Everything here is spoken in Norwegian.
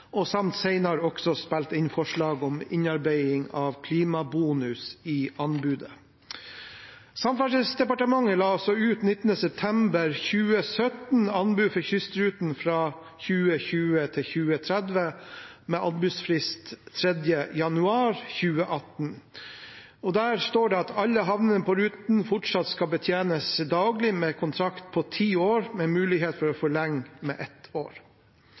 samt senere også spilt inn forslag om innarbeiding av klimabonus i anbudet. Samferdselsdepartementet la 19. september 2017 ut anbud for kystruten for perioden 2021–2030, med anbudsfrist 3. januar 2018. Der står det at alle havner på ruten fortsatt skal betjenes daglig med en kontrakt på ti år, med mulighet for å forlenge med ett år.